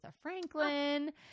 Franklin